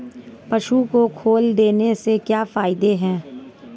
पशु को खल देने से क्या फायदे हैं?